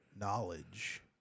Knowledge